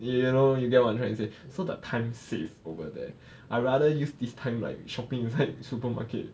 you you know you get what I'm trying to say so that time save over there I rather use this time like shopping inside supermarket